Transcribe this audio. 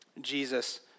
Jesus